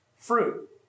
Fruit